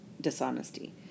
dishonesty